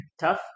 tough